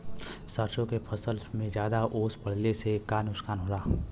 सरसों के फसल मे ज्यादा ओस पड़ले से का नुकसान होला?